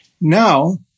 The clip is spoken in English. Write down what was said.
Now